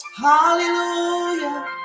Hallelujah